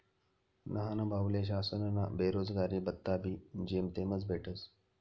न्हानभाऊले शासनना बेरोजगारी भत्ताबी जेमतेमच भेटस